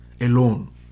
alone